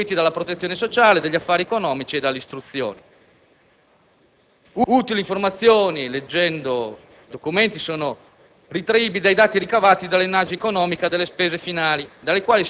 seguiti dalla protezione sociale, dagli affari economici e dall'istruzione. Utili informazioni - leggendo i documenti - sono altresì ritraibili dai dati ricavati dall'analisi economica delle spese finali,